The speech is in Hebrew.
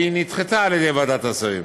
והיא נדחתה על ידי ועדת השרים.